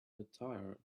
attire